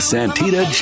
Santita